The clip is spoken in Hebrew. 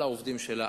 על העובדים שלה,